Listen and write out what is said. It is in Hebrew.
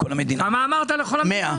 כמה אמרת לכל המדינה?